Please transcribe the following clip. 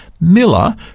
Miller